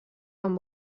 amb